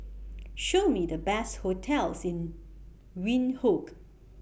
Show Me The Best hotels in Windhoek